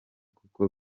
kuko